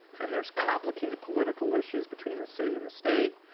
and there's complicated political issues between the city and the state.